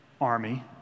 army